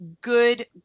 good